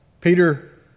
Peter